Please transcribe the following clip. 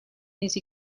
these